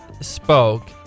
spoke